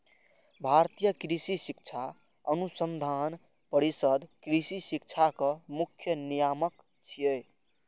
भारतीय कृषि शिक्षा अनुसंधान परिषद कृषि शिक्षाक मुख्य नियामक छियै